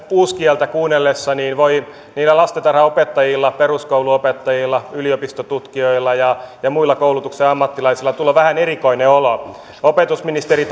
uuskieltä kuunnellessa voi lastentarhanopettajille peruskoulunopettajille yliopistotutkijoille ja muille koulutuksen ammattilaisille tulla vähän erikoinen olo opetusministeri